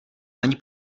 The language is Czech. ani